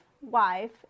wife